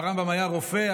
והרמב"ם היה רופא,